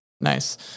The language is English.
Nice